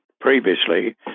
previously